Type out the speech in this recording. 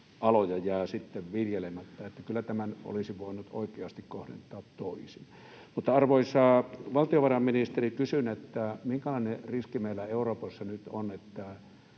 jää sitten viljelemättä. Niin että kyllä tämän olisi voinut oikeasti kohdentaa toisin. Mutta, arvoisa valtiovarainministeri, kysyn, minkälainen riski meillä Euroopassa nyt on, että